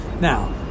Now